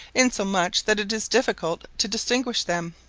insomuch that it is difficult to distinguish them.